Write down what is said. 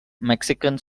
mexican